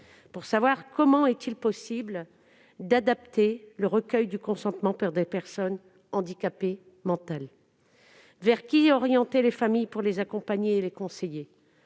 de loi. Comment est-il possible d'adapter le recueil du consentement des personnes handicapées mentales ? Vers qui orienter les familles pour les accompagner et les conseiller ?